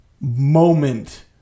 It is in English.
moment